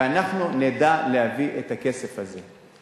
ואנחנו נדע להביא את הכסף הזה.